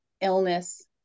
illness